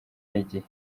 n’igihe